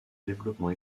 développement